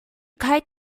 kite